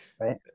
right